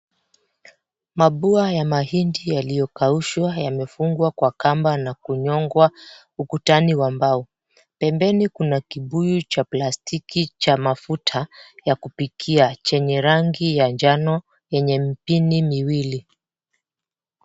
Mabua ya mahindi yaliyokaushwa yamefungwa kwa kamba na kunyongwa ukutani wa mbao. Pembeni kuna kibuyu cha plastiki cha mafuta ya kupikia chenye rangi ya njano yenye mpini miwili.